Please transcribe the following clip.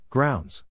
Grounds